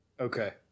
Okay